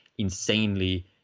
insanely